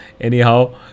Anyhow